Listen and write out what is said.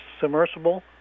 submersible